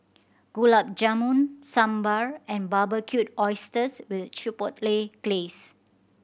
Gulab Jamun Sambar and Barbecued Oysters with Chipotle Glaze